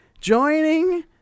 joining